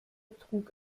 trug